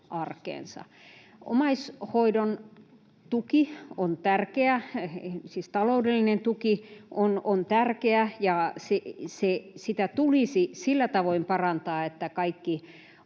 Omaishoidon tuki, siis taloudellinen tuki, on tärkeä, ja sitä tulisi sillä tavoin parantaa, että kaikki